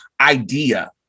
idea